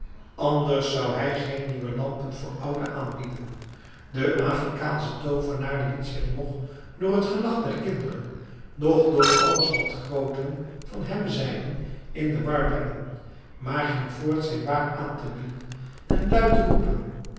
anders zou hij geen nieuwe lampen voor oude aanbieden de afrikaansche toovenaar liet zich noch door het gelach der kinderen noch door alles wat grooteren van hem zeiden in de war brengen maar ging voort zijn waar aan te bieden en luid te roepen